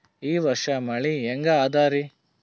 ಈ ವರ್ಷ ಮಳಿ ಹೆಂಗ ಅದಾರಿ?